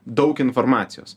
daug informacijos